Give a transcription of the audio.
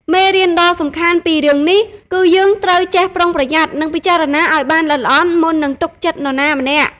មេរៀនដ៏សំខាន់ពីរឿងនេះ គឺយើងត្រូវចេះប្រុងប្រយ័ត្ន និងពិចារណាឲ្យបានល្អិតល្អន់ មុននឹងទុកចិត្តនរណាម្នាក់។